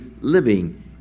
living